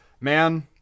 man